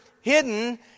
hidden